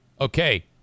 Okay